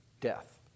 death